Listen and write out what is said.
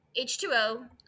H2O